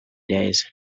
days